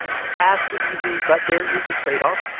it's fast and easy. but there is a trade-off.